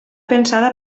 pensada